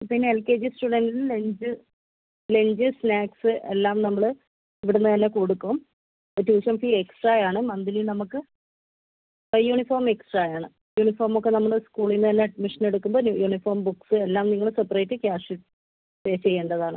പിന്നെ L K G സ്റ്റുഡൻറ്റിന് lunch lunch snacks എല്ലാം നമ്മള് ഇവിടുന്ന് തന്നെ കൊടുക്കും ട്യൂഷൻ ഫീ എക്സ്ട്രായാണ് മന്ത്ലി നമുക്ക് യൂണിഫോം എക്സ്ട്രായാണ് യൂണിഫോമൊക്കെ നമ്മൾ സ്കൂളിൽ നിന്ന് തന്നെ അഡ്മിഷൻ എടുക്കുമ്പോൾ യൂണിഫോം ബുക്സ് എല്ലാം നിങ്ങൾ സെപ്പറേറ്റ് ക്യാഷ് പേ ചെയ്യേണ്ടതാണ്